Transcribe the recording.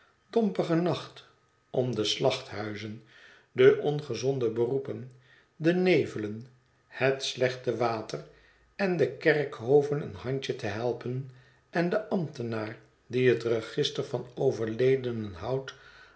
dompige nacht om de slachthuizen de ongezonde beroepen de nevelen het slechte water en de kerkhoven een handje te helpen en den ambtenaar die het register van overledenen houdt